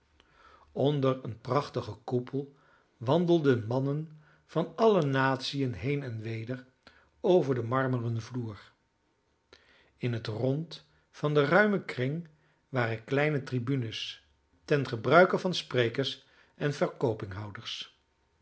onder een prachtigen koepel wandelden mannen van alle natiën heen en weder over den marmeren vloer in het rond van den ruimen kring waren kleine tribunes ten gebruike van sprekers en